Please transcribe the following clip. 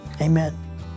amen